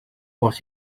was